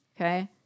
Okay